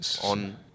On